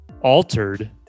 altered